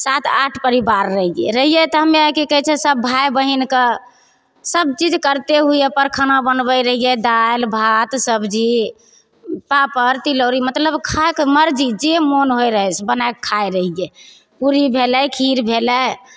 सात आठ परिवार रहियै रहियै तऽ हम्मे अर की कहय छै सब भाय बहिनके सब चीज करते हुए अपन खाना बनबय रहियै दालि भात सब्जी पापड़ तिलौरी मतलब खाइके मर्जी जे मोन होइ रहय बनायके खाय रहियै पूरी भेलय खीर भेलय